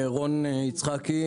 רון יצחקי,